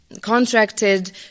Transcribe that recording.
contracted